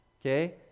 Okay